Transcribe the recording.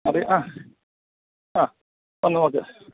അത് ആ ആ വന്ന് നോക്ക്